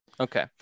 Okay